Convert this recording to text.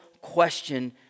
question